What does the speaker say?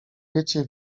wiecie